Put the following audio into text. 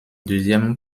deuxième